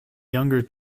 younger